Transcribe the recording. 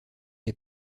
les